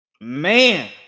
Man